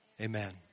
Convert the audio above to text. amen